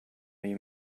you